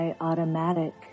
automatic